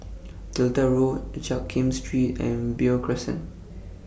Delta Road Jiak Kim Street and Beo Crescent